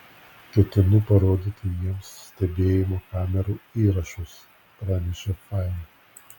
ketinu parodyti jiems stebėjimo kamerų įrašus pranešė fain